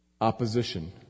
opposition